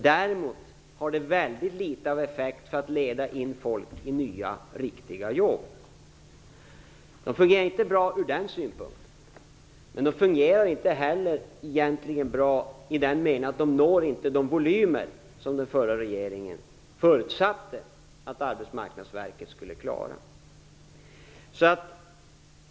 Däremot har de mycket liten effekt när det gäller att leda in människor i nya, riktiga jobb. De fungerar inte heller bra i den meningen att de inte når upp i de volymer som den förra regeringen förutsatte att Arbetsmarknadsverket skulle klara.